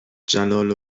جلال